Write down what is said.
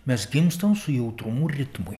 mes gimstam su jautrumu ritmui